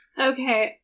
Okay